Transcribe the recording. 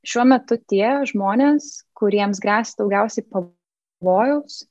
šiuo metu tie žmonės kuriems gresia daugiausiai pavojaus